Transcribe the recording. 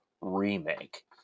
remake